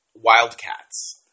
Wildcats